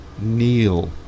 kneel